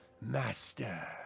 Master